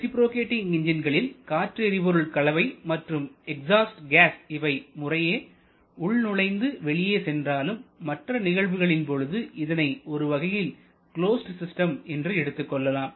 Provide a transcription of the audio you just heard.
reciprocating என்ஜின்களில் காற்று எரிபொருள் கலவை மற்றும் எக்ஸாஸ்ட் கேஸ் இவை முறையே உள் நுழைந்து வெளியே சென்றாலும் மற்ற நிகழ்வுகளின் பொழுது இதனை ஒருவகையில் க்லோஸ்ட் சிஸ்டம் என்று எடுத்துக் கொள்ளலாம்